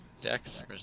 Dex